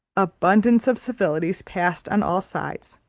abundance of civilities passed on all sides.